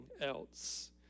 else